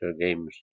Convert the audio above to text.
games